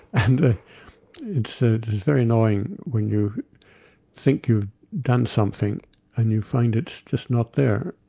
and it's ah very annoying when you think you've done something and you find it's just not there.